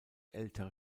ältere